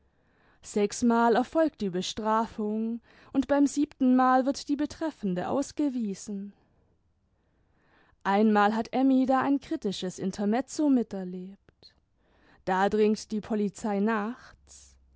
verurteilt sechsmal erfolgt die bestrafung und beim siebentenmal wird die betreffende ausgewiesen einmal hat mmy da ein kritisches intermezzo miterlebt da dringt die polizei